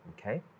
Okay